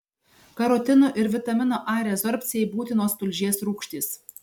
karotinų ir vitamino a rezorbcijai būtinos tulžies rūgštys